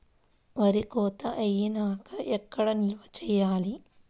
వరి కోత అయినాక ఎక్కడ నిల్వ చేయాలి?